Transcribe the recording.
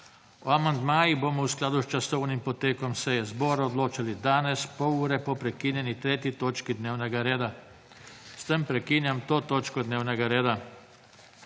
O amandmajih bomo v skladu s časovnim potekom seje zbora odločali danes pol ure po prekinjeni 3. točki dnevnega reda. S tem prekinjam to točko dnevnega reda.